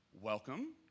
welcome